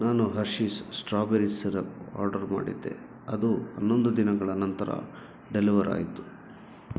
ನಾನು Hershey's strawberry syrup order ಮಾಡಿದ್ದೆ ಅದು ಹನ್ನೊಂದು ದಿನಗಳ ನಂತರ ಡೆಲಿವರ್ ಆಯಿತು